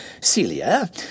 Celia